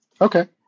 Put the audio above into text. Okay